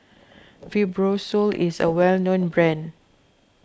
Fibrosol is a well known brand